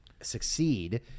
succeed